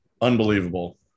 Unbelievable